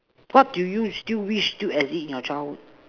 what do you still wish still exist in your childhood